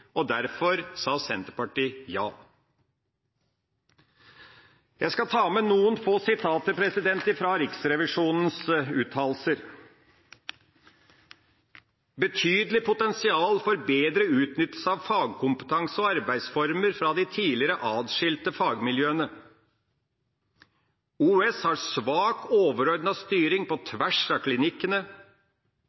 og derfor sa Senterpartiet ja. Jeg skal ta med noen få sitater fra Riksrevisjonens uttalelser: det er et betydelig potensial for bedre utnyttelse av fagkompetanse og arbeidsformer fra de tidligere atskilte fagmiljøene. OUS har hatt en for svak overordnet styring på tvers av klinikkene